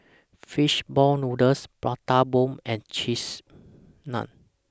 Fish Ball Noodles Prata Bomb and Cheese Naan